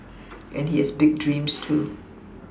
and he has big dreams too